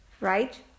right